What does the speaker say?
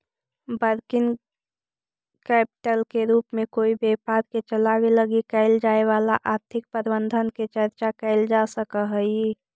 working capital के रूप में कोई व्यापार के चलावे लगी कैल जाए वाला आर्थिक प्रबंधन के चर्चा कैल जा सकऽ हई